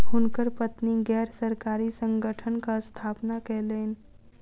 हुनकर पत्नी गैर सरकारी संगठनक स्थापना कयलैन